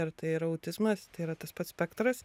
ar tai yra autizmas tai yra tas pats spektras